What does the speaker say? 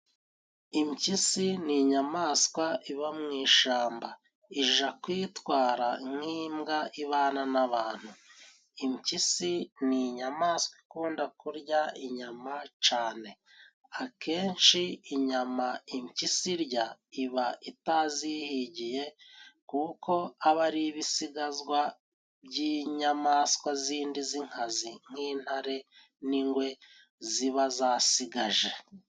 Impyisi ni inyamaswa iba mu ishyamba ijya kwitwara nk' imbwa, ibana n' abantu; impyisi ni inyamaswa ikunda kurya inyama cyane, akenshi inyama impyisi irya iba itazihigiye, kuko aba ari ibisigazwa by' inyamaswa zindi z' inkazi nk' intare n' ingwe ziba zasigaje.